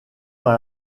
dans